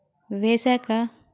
వేశాక